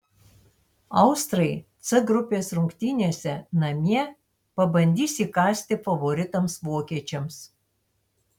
austrai c grupės rungtynėse namie pabandys įkąsti favoritams vokiečiams